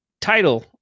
Title